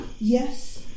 Yes